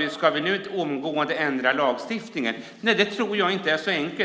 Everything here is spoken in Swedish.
inte om att omgående ändra lagstiftningen. Nej, det tror jag inte är så enkelt.